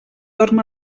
dorm